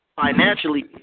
financially